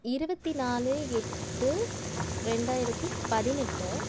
இருபத்தி நாலு எட்டு ரெண்டாயிரத்தி பதினெட்டு